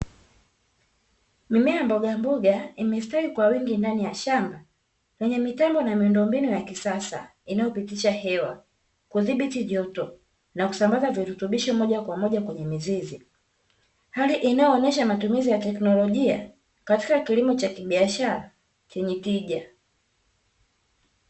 Mimea ya mboga mboga imestawi kwa wingi ndani ya shamba, lenye mitambo na miundombinu ya kisasa inayopitisha hewa kudhibiti joto, na kusambaza virutubisho moja kwa moja kwenye mizizi hali inayoonyesha matumizi ya teknolojia katika kilimo cha kibiashara chenye tija.